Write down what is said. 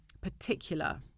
particular